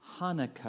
Hanukkah